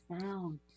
sound